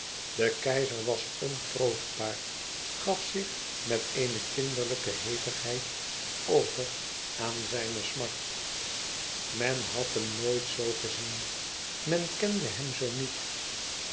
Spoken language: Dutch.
de keizer was ontroostbaar gaf zich met eene kinderlijke hevigheid over aan zijne smart men had hem nooit zoo gezien men kende hem zoo niet